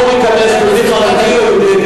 לא ניכנס ליהודי חרדי או יהודי,